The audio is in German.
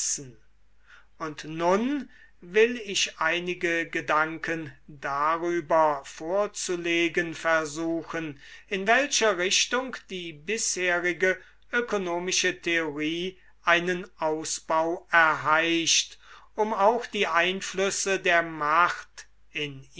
und nun will ich einige gedanken darüber vorzulegen versuchen in welcher richtung die bisherige ökonomische theorie einen ausbau erheischt um auch die einflüsse der macht in